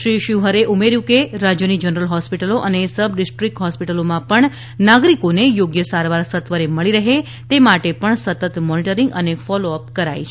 શ્રી શિવહરેએ ઉમેર્યું કે રાજ્યની જનરલ હોસ્પિટલો અને સબ ડિસ્ટ્રીકટ હોસ્પિટલોમાં પણ નાગરિકોને યોગ્ય સારવાર સત્વરે મળી રહે એ માટે પણ સતત મોનીટરીંગ અને ફોલોઅપ કરાય છે